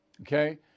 okay